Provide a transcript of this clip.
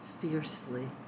fiercely